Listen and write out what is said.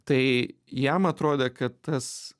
tai jam atrodė kad tas